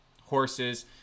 horses